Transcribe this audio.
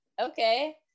okay